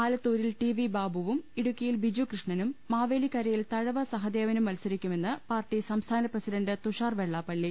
ആലത്തൂരിൽ T V ബാബുവും ഇടുക്കിയിൽ ബിജു കൃഷ്ണനും മാവേലിക്കരയിൽ തഴവ് സഹദേവനും മത്സരിക്കുമെന്ന് പാർട്ടി സംസ്ഥാന പ്രസിഡണ്ട് തുഷാർ വെള്ളാപ്പള്ളി